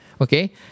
Okay